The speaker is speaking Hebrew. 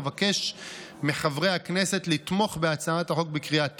אבקש מחברי הכנסת לתמוך בהצעת החוק בקריאה טרומית,